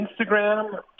Instagram